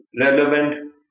relevant